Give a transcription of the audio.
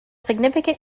significant